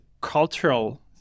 cultural